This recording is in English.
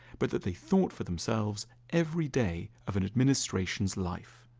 but that they thought for themselves every day of an administration's life.